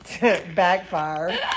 Backfire